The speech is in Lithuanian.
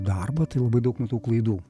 darbą tai labai daug matau klaidų